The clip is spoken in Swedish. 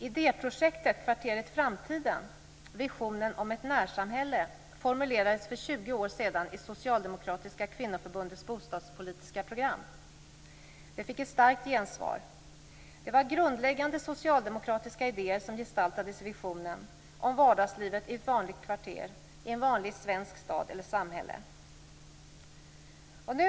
Idéprojektet Kvarteret Framtiden, visionen om ett närsamhälle, formulerades för 20 år sedan i Socialdemokratiska kvinnoförbundets bostadspolitiska program. Det fick ett starkt gensvar. Det var grundläggande socialdemokratiska idéer som gestaltades i visionen om vardagslivet i ett vanligt kvarter, i en vanlig svensk stad eller i ett vanligt svenskt samhälle.